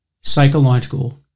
psychological